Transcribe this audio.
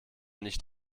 nicht